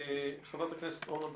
חברת הכנסת אורנה ברביבאי,